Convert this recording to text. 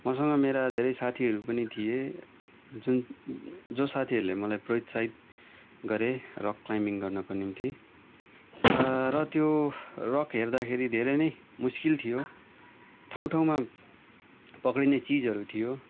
मसँग मेरा धेरै साथीहरू पनि थिए जुन जो साथीहरूले मलाई प्रोत्साहित गरे रक क्लाइम्बिङ गर्नको निम्ति र त्यो रक हेर्दाखेरि धेरै नै मुस्किल थियो ठाउँ ठाउँमा पक्डिने चिजहरू थियो